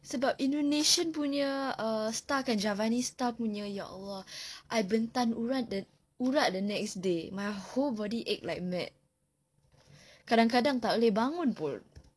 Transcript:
sebab indonesian punya uh style kan javanese style punya ya allah I bentan urat the urat the next day my whole body ache like mad kadang-kadang tak boleh bangun pun